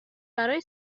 برای